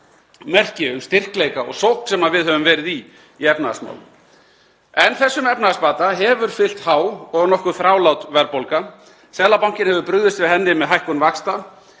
merki um styrkleika og sókn sem við höfum verið í í efnahagsmálum. En þessum efnahagsbata hefur fylgt há og nokkuð þrálát verðbólga. Seðlabankinn hefur brugðist við henni með hækkun vaxta